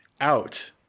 out